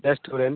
restaurant